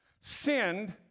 sinned